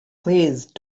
please